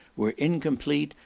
were incomplete,